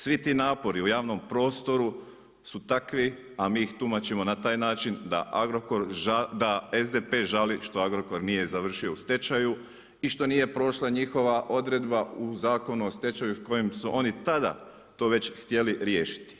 Svi ti napori u javnom prostoru su takvi a mi ih tumačimo na taj način, da SDP žali što Agrokor nije završio u stečaju i što nije prošla njihova odredba u Zakonu o stečaju kojim su oni tada već htjeli riješiti.